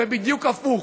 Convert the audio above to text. זה בדיוק הפוך.